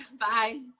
Bye